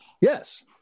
yes